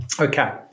Okay